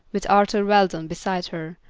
with arthur weldon beside her,